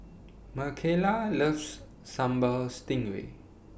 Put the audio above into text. Mckayla loves Sambal Stingray